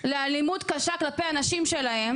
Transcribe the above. לאלימות קשה כלפי הנשים שלהם